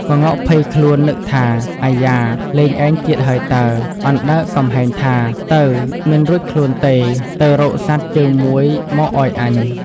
ក្ងោកភ័យខ្លួន នឹកថា "អៃយ៉ា! លេងឯងទៀតហើយតើ"។ អណ្ដើកកំហែងថា៖ "ទៅ! មិនរួចខ្លួនទេ ទៅរកសត្វជើងមួយមកឲ្យអញ"។